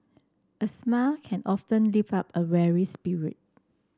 a smile can often lift up a weary spirit